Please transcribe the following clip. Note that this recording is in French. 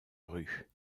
rue